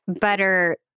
butter